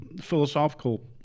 philosophical